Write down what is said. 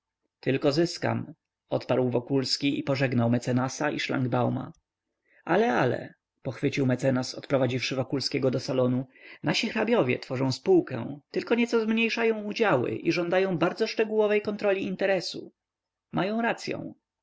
tylko zyskam odparł wokulski i pożegnał mecenasa i szlangbauma ale ale pochwycił mecenas odprowadziwszy wokulskiego do salonu nasi hrabiowie tworzą spółkę tylko nieco zmniejszają działy i żądają bardzo szczegółowej kontroli interesu mają racyą